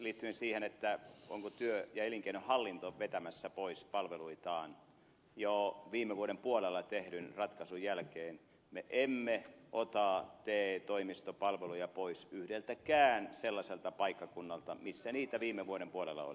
liittyen siihen onko työ ja elinkeinohallinto vetämässä pois palveluitaan jo viime vuoden puolella tehdyn ratkaisun jälkeen me emme ota te toimistopalveluita pois yhdeltäkään sellaiselta paikkakunnalta missä niitä viime vuoden puolella oli